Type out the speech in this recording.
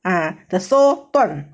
ah the sole 断